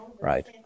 right